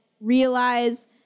realize